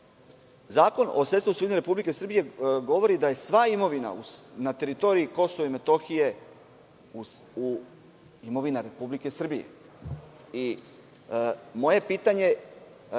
Zakon o sredstvima svojine Republike Srbije govori da je sva imovina na teritoriji Kosova i Metohije imovina Republike Srbije. Moje pitanje